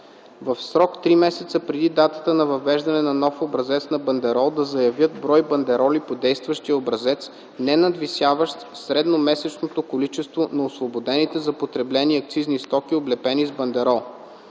в срок три месеца преди датата на въвеждане на нов образец на бандерол да заявяват брой бандероли по действащия образец, ненадвишаващ средномесечното количество на освободените за потребление акцизни стоки, облепени с бандерол;